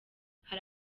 hari